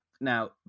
Now